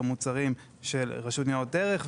במוצרים של רשות ניירות ערך,